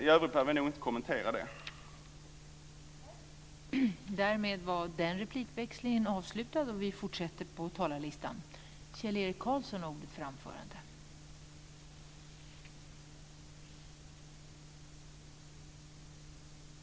I övrigt behöver jag nog inte kommentera det här.